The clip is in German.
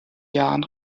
jahren